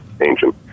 ancient